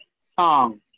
song